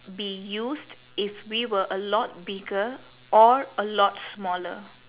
be used if we were a lot bigger or a lot smaller